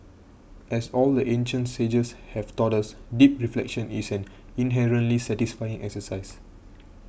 as all the ancient sages have taught us deep reflection is an inherently satisfying exercise